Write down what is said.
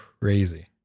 crazy